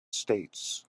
states